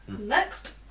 next